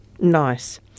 Nice